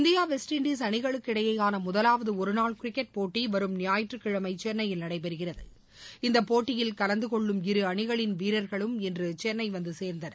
இந்திய West Indies அனிகளுக்கிடையேயான முதலாவது ஒருநாள் கிரிக்கெட் போட்டி வரும் ஞாயிற்றுக்கிழமை சென்னையில் நடபெறுகிறது இந்த போட்டியில் கலந்து கொள்ளும் இரு அணிகளின் வீரர்களும் இன்று சென்னை வந்து சேர்ந்தனர்